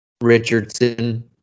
Richardson